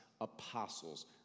apostles